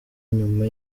nyuma